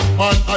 man